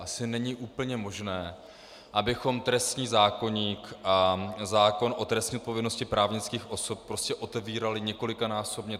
Asi není úplně možné, abychom trestní zákoník a zákon o trestní odpovědnosti právnických osob prostě otevírali několikanásobně.